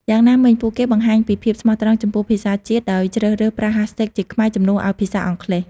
យ៉ាងណាមិញ ពួកគេបង្ហាញពីភាពស្មោះត្រង់ចំពោះភាសាជាតិដោយជ្រើសរើសប្រើ hashtags ជាខ្មែរ ជំនួសឱ្យភាសាអង់គ្លេស។